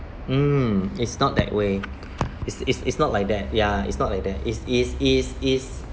mm it's not that way it's it's it's not like that ya it's not like that it's it's it's it's